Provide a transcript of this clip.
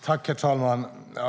Herr talman!